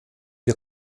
wir